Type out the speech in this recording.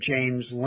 James